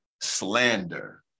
slander